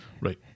Right